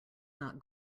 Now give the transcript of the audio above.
not